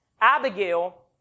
Abigail